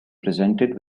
presented